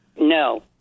No